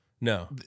No